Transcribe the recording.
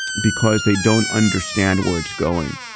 because they don't understand where it's going.